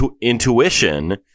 intuition